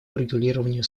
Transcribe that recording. урегулированию